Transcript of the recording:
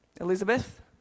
Elizabeth